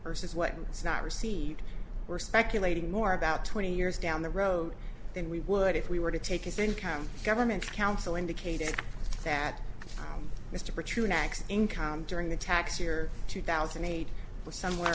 versus what it's not received we're speculating more about twenty years down the road than we would if we were to take his income government council indicated that mr true next income during the tax year two thousand and eight was somewhere